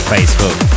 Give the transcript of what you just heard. Facebook